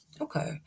Okay